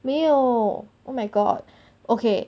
没有 oh my god okay